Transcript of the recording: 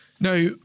Now